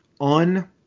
on